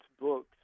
books